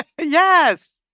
Yes